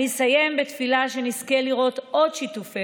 אני אסיים בתפילה שנזכה לראות עוד שיתופי